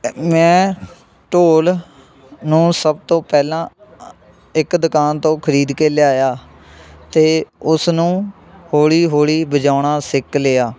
ਮੈਂ ਢੋਲ ਨੂੰ ਸਭ ਤੋਂ ਪਹਿਲਾਂ ਇੱਕ ਦੁਕਾਨ ਤੋਂ ਖਰੀਦ ਕੇ ਲਿਆਇਆ ਅਤੇ ਉਸ ਨੂੰ ਹੌਲ਼ੀ ਹੌਲ਼ੀ ਵਜਾਉਣਾ ਸਿੱਖ ਲਿਆ